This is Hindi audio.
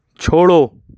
छोड़ो